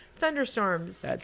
thunderstorms